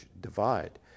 divide